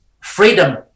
freedom